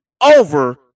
over